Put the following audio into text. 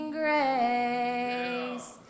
grace